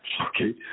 Okay